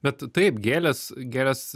bet taip gėlės gėlės